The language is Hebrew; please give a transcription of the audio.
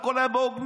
הכול היה בהוגנות.